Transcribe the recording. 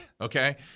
okay